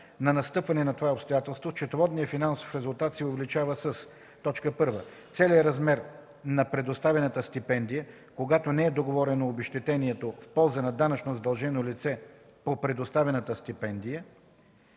на настъпване на това обстоятелство счетоводният финансов резултат се увеличава с: 1. целия размер на предоставената стипендия, когато не е договорено обезщетение в полза на данъчно задълженото лице по предоставената стипендия;